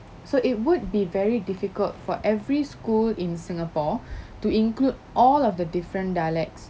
so it would be very difficult for every school in singapore to include all of the different dialects